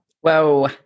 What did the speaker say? Whoa